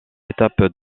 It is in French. étapes